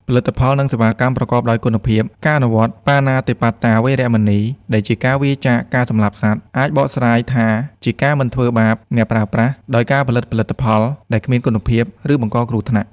ផលិតផល និងសេវាកម្មប្រកបដោយគុណភាព: ការអនុវត្ត បាណាតិបាតា វេរមណី ដែលជាការវៀរចាកការសម្លាប់សត្វ អាចបកស្រាយថាជាការមិនធ្វើបាបអ្នកប្រើប្រាស់ ដោយការផលិតផលិតផលដែលគ្មានគុណភាព ឬបង្កគ្រោះថ្នាក់។